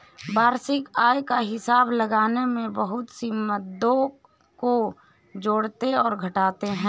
वार्षिक आय का हिसाब लगाने में बहुत सी मदों को जोड़ते और घटाते है